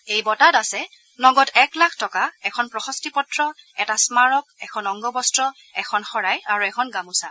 এই বঁটা আছে নগদ এক লাখ টকা এখন প্ৰশস্তি পত্ৰ এটা স্মাৰক এখন অংগবস্ত এখন শৰাই আৰু এখন গামোচা